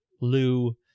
lou